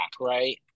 right